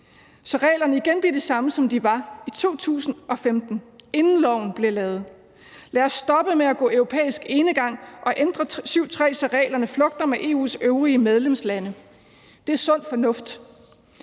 så reglerne igen bliver de samme, som de var i 2015, inden loven blev lavet. Lad os stoppe med at gå europæisk enegang og ændre § 7, stk. 3, så reglerne flugter med EU's øvrige medlemslande. Det er sund fornuft.